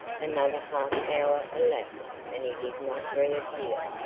another half hour elapsed and he did not reappear.